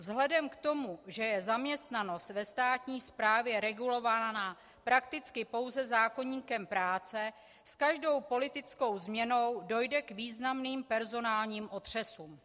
k tomu, že je zaměstnanost ve státní správě regulována prakticky pouze zákoníkem práce, s každou politickou změnou dojde k významným personálním otřesům.